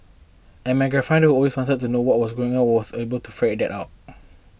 and my grandfather who always wanted to know what was going on was able to ferret that out